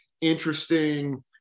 interesting